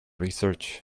research